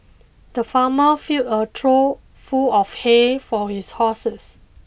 the farmer filled a trough full of hay for his horses